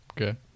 Okay